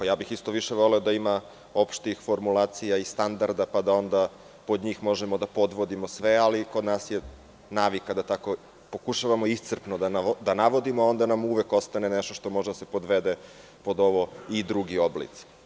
Isto bih više voleo da ima opštih formulacija i standarda pa da pod njih možemo da podvodimo sve, ali kod nas je navika da pokušavamo iscrpno da navodimo i onda uvek ostane nešto što može da se navede pod ovo – i drugi oblici.